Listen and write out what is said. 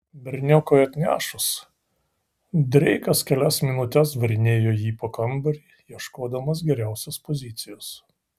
berniokui atnešus dreikas kelias minutes varinėjo jį po kambarį ieškodamas geriausios pozicijos